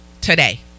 today